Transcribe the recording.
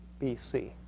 BC